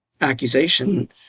accusation